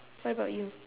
what about you